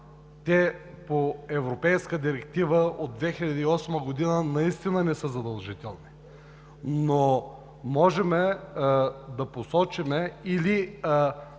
по Европейска директива от 2008 г., наистина не са задължителни. Можем да посочим да